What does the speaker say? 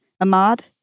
Ahmad